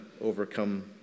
overcome